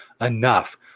enough